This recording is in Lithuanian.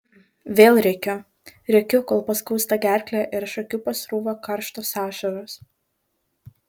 vėl rėkiu rėkiu kol paskausta gerklę ir iš akių pasrūva karštos ašaros